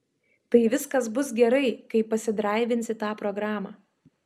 tai viskas bus gerai kai pasidraivinsi tą programą